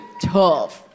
tough